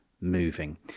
moving